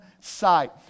sight